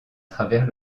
travers